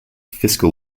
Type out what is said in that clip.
fiscal